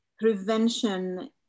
prevention